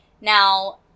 Now